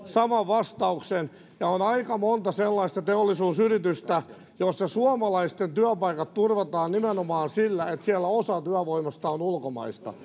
saman vastauksen ja on aika monta sellaista teollisuusyritystä jossa suomalaisten työpaikat turvataan nimenomaan sillä että siellä osa työvoimasta on ulkomaista